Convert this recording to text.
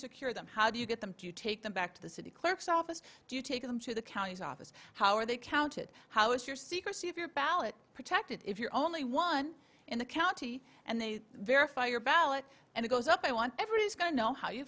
secure them how do you get them to take them back to the city clerk's office do you take them to the counties office how are they counted how is your secrecy of your ballot protected if you're only one in the county and they verify your ballot and it goes up i want every is going to know how you